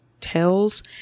Tails